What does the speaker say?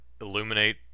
illuminate